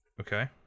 Okay